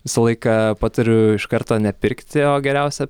visą laiką patariu iš karto nepirkti o geriausia